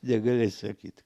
negali atsisakyt